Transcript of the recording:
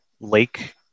lake